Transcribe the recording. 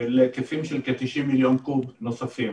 להיקפים של כ-90 מיליון קוב נוספים.